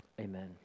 Amen